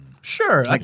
Sure